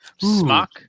smock